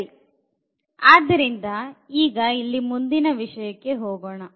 ಸರಿ ಆದ್ದರಿಂದ ಈಗ ಇಲ್ಲಿ ಮುಂದಿನ ವಿಷಯಕ್ಕೆ ಹೋಗೋಣ